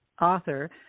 author